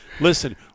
Listen